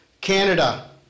Canada